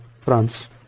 France